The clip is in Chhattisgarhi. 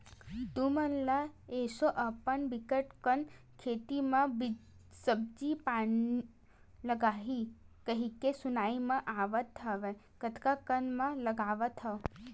तुमन ल एसो अपन बिकट कन खेत म सब्जी पान लगाही कहिके सुनाई म आवत हवय कतका कन म लगावत हव?